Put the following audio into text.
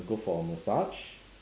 go for a massage